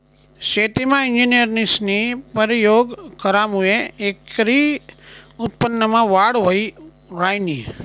शेतीमा इंजिनियरस्नी परयोग करामुये एकरी उत्पन्नमा वाढ व्हयी ह्रायनी